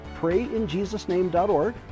PrayInJesusName.org